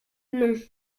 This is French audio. non